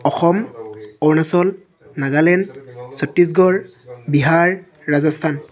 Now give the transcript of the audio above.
Assam Arunachal Nagaland Chhattisgarh Bihar Rajasthan